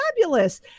fabulous